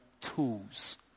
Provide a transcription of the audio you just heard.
tools